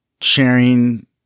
sharing